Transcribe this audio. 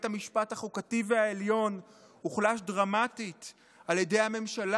בית המשפט החוקתי והעליון הוחלש דרמטית על ידי הממשלה.